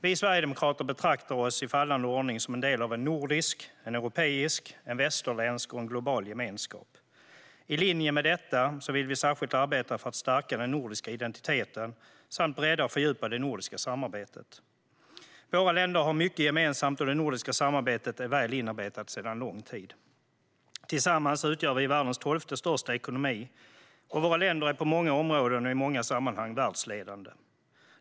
Vi sverigedemokrater betraktar oss i fallande ordning som en del av en nordisk, en europeisk, en västerländsk och en global gemenskap. I linje med detta vill vi särskilt arbeta för att stärka den nordiska identiteten samt bredda och fördjupa det nordiska samarbetet. Våra länder har mycket gemensamt, och det nordiska samarbetet är väl inarbetat sedan lång tid. Tillsammans utgör vi världens tolfte största ekonomi, och våra länder är på många områden och i många sammanhang världsledande.